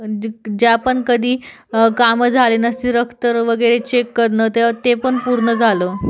ज ज्या पण कधी कामं झाले नसतील रक्त वगैरे चेक करनं तर ते पण पूर्ण झालं